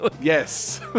Yes